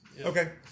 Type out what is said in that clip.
Okay